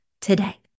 today